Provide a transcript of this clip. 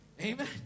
Amen